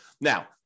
Now